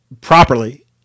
properly